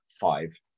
five